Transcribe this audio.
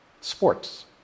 sports